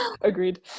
Agreed